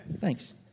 Thanks